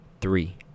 Three